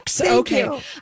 Okay